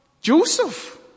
Joseph